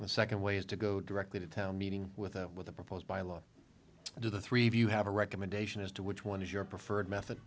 a second way is to go directly to town meeting with what the proposed by law to do the three of you have a recommendation as to which one is your preferred method